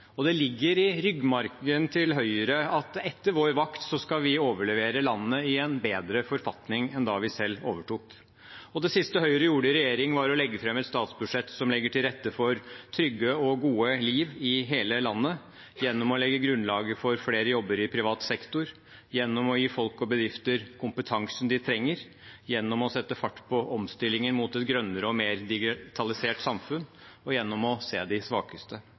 og det ligger i ryggmargen til Høyre at vi etter vår vakt skal overlevere landet i en bedre forfatning enn da vi selv overtok. Det siste Høyre gjorde i regjering, var å legge fram et statsbudsjett som legger til rette for trygge og gode liv i hele landet, gjennom å legge grunnlaget for flere jobber i privat sektor, gjennom å gi folk og bedrifter kompetansen de trenger, gjennom å sette fart på omstillingen mot et grønnere og mer digitalisert samfunn og gjennom å se de svakeste.